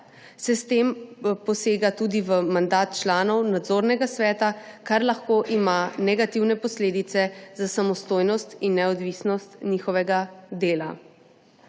se s tem posega tudi v mandat članov Nadzornega sveta, kar lahko ima negativne posledice za samostojnost in neodvisnost njihovega dela.